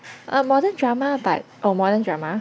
err modern drama but oh modern drama